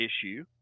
issue